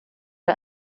der